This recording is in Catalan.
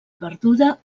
perduda